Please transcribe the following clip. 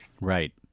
Right